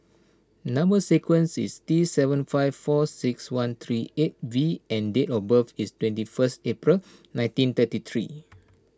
Number Sequence is T seven five four six one three eight V and date of birth is twenty first April nineteen thirty three